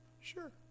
Sure